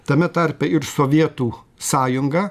tame tarpe ir sovietų sąjunga